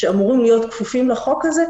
שאמורים להיות כפופים לחוק הזה,